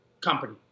company